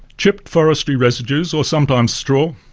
chipped forestry residues, or sometimes straw,